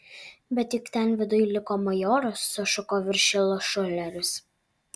bet juk ten viduj liko majoras sušuko viršila šuleris